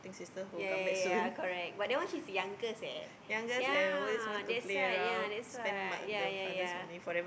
ya ya ya ya correct but that one she's youngest eh ya that's why ya that's why ya ya ya